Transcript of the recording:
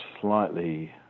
slightly